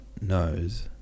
knows